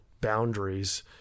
boundaries